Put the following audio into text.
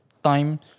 time